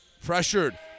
Pressured